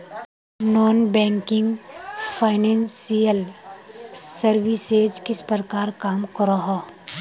Non banking financial services किस प्रकार काम करोहो?